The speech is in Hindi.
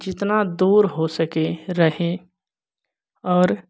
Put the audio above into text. जितना दूर हो सके रहें और